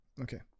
Okay